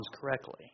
correctly